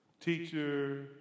teacher